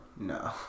no